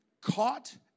caught